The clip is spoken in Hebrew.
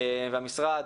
והמשרד,